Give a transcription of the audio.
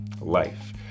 Life